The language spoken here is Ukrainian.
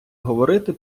говорити